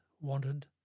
wanted